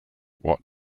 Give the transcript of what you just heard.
what